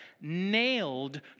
nailed